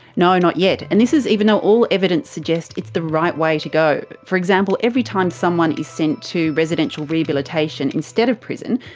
no, not yet. and this is even though all evidence suggests it's the right way to go. for example, every time someone is sent to residential rehabilitation instead of prison,